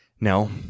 No